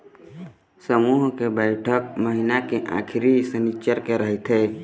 समूह के बइठक महिना के आखरी सनिच्चर के रहिथे